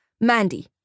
Mandy